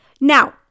Now